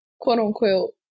quote-unquote